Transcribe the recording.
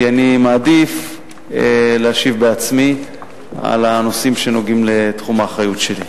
כי אני מעדיף להשיב בעצמי על הנושאים שנוגעים לתחום האחריות שלי.